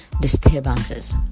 disturbances